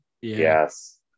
Yes